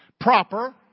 Proper